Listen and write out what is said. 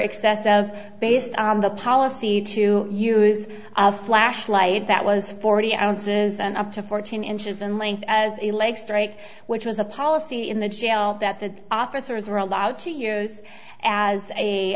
excessive based on the policy to use a flashlight that was forty ounces and up to fourteen inches in length as a leg strike which was a policy in the jail that the officers were allowed to use as a